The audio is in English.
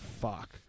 fuck